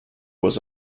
was